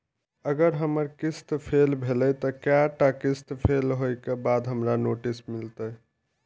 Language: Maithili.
अगर हमर किस्त फैल भेलय त कै टा किस्त फैल होय के बाद हमरा नोटिस मिलते?